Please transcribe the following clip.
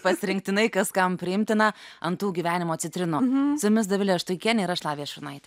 pasirinktinai kas kam priimtina ant tų gyvenimo citrinų su jumis dovilė štuikienė ir aš lavija šurnaitė